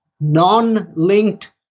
non-linked